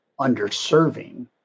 underserving